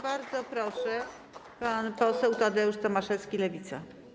Bardzo proszę, pan poseł Tadeusz Tomaszewski, Lewica.